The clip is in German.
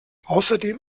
außerdem